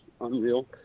unreal